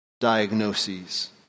diagnoses